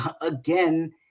again